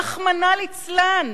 רחמנא ליצלן,